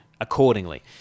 accordingly